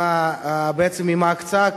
עם הקצאה,